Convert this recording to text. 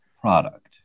product